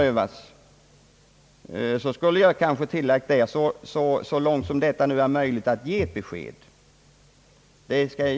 Jag medger att jag borde ha tilllagt — så långt det nu över huvud taget är möjligt att ge ett besked.